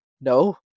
No